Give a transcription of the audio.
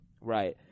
Right